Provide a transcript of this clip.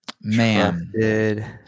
Man